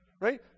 Right